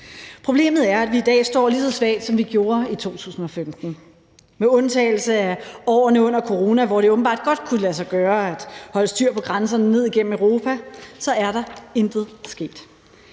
Problemet er, at vi i dag står lige så svagt, som vi gjorde i 2015. Med undtagelse af årene under corona, hvor det åbenbart godt kunne lade sig gøre at holde styr på grænserne ned gennem Europa, er der intet sket.